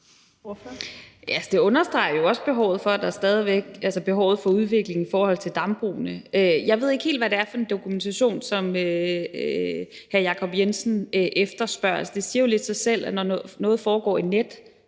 Det understreger jo behovet for udvikling i forhold til dambrugene. Jeg ved ikke helt, hvad det er for en dokumentation, som hr. Jacob Jensen efterspørger. Altså, det siger jo lidt sig selv, at når noget foregår i net